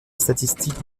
statistiques